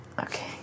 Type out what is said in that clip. Okay